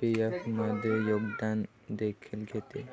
PF मध्ये योगदान देखील घेते